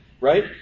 right